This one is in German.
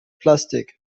plastik